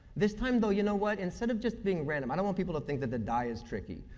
this time, though, you know what, instead of just being random, i don't want people to think that the die is tricky.